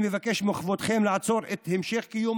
אני מבקש מכבודכם לעצור את המשך קיום